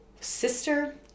sister